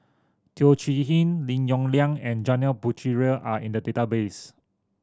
Teo Chee Hean Lim Yong Liang and Janil Puthucheary are in the database